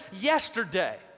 yesterday